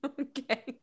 okay